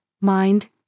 mind